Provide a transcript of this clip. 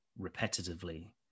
repetitively